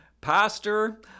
Pastor